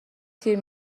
تیر